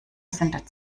sind